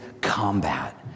combat